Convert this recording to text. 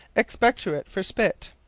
expectorate for spit.